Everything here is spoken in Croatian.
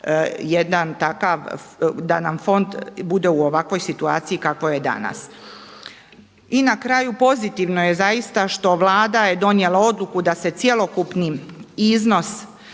jedan da nam fond bude u ovakvoj situaciji kakvoj je danas. I na kraju, pozitivno je zaista što Vlada je donijela odluku da se cjelokupni iznos